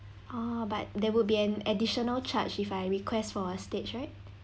oh but there would be an additional charge if I request for a stage right